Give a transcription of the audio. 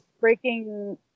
breaking